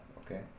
okay